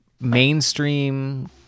mainstream